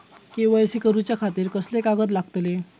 KYC करूच्या खातिर कसले कागद लागतले?